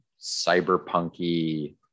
cyberpunky